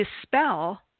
dispel